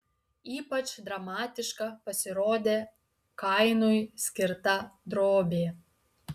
ypač dramatiška pasirodė kainui skirta drobė